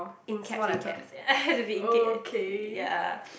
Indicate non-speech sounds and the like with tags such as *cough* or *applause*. in caps in caps *laughs* have to be cap ya